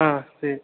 ஆ சரி